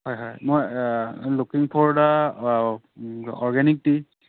হয় হয় মই লখিমপুৰত অৰ্গেনিক টি